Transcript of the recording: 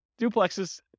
duplexes